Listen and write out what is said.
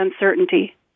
uncertainty